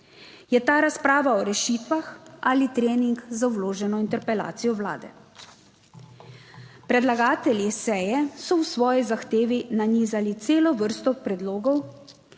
Je ta razprava o rešitvah ali trening za vloženo interpelacijo Vlade? Predlagatelji seje so v svoji zahtevi nanizali celo vrsto predlogov,